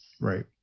right